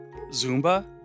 Zumba